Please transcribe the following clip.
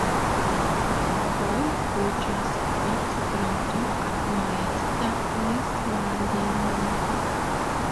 rytoj kūčios tad suprantu kad norėsite laisvadienio